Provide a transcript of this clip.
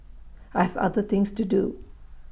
I've other things to do